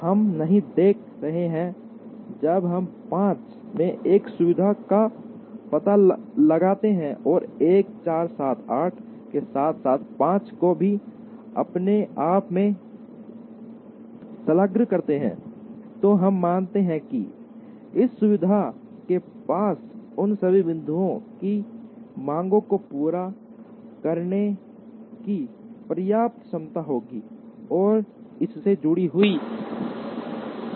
हम नहीं देख रहे हैं जब हम 5 में एक सुविधा का पता लगाते हैं और 1 4 7 8 के साथ साथ 5 को भी अपने आप में संलग्न करते हैं तो हम मानते हैं कि इस सुविधा के पास उन सभी बिंदुओं की मांगों को पूरा करने की पर्याप्त क्षमता होगी जो इससे जुड़ी हुई हैं